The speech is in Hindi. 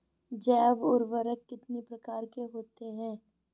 जैव उर्वरक कितनी प्रकार के होते हैं?